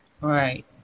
right